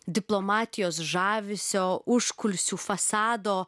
diplomatijos žavesio užkulisių fasado